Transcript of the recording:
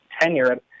tenure